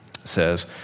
Says